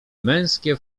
męskie